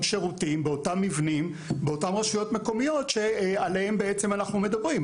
שירותים באותם מבנים באותן רשויות מקומיות שעליהם אנחנו מדברים.